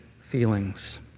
feelings